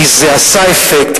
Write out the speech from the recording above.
כי זה עשה אפקט,